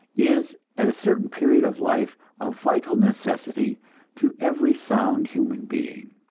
is at a certain period of life a vital necessity to every sound human being.